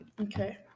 Okay